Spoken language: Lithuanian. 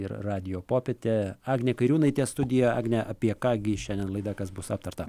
ir radijo popietė agnė kairiūnaitė studija agne apie ką gi šiandien laida kas bus aptarta